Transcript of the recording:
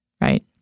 right